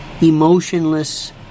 emotionless